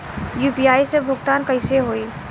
UPI से भुगतान कइसे होहीं?